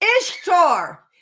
Ishtar